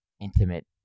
intimate